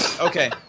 okay